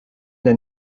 der